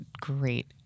great